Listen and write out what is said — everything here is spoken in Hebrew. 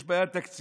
יש בעיה תקציבית,